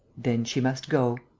then she must go.